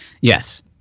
Yes